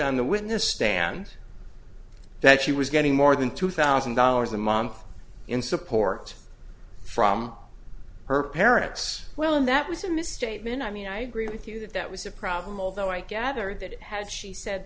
on the witness stand that she was getting more than two thousand dollars a month in support from her parents well and that was a misstatement i mean i agree with you that that was a problem although i gather that it had she said